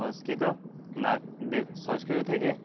সংস্কৃত না দেব সংস্কৃত থেকে